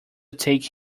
take